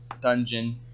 dungeon